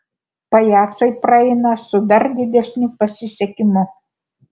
pajacai praeina su dar didesniu pasisekimu